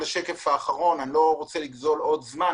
נעבור לשקף האחרון, יש